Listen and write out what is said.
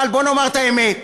אבל בואו נאמר את האמת: